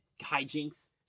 hijinks